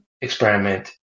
experiment